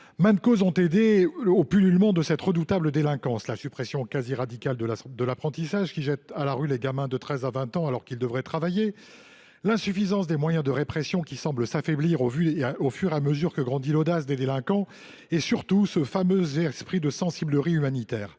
Maintes causes ont aidé au pullulement de cette redoutable [délinquance] :[…] la suppression quasi radicale de l’apprentissage qui jette à la rue les gamins de 13 à 20 ans alors qu’ils devraient [travailler], […] l’insuffisance des moyens de répression qui semblent s’affaiblir au fur et à mesure que grandit l’audace des [délinquants] et surtout ce fâcheux esprit de sensiblerie humanitaire.